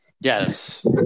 Yes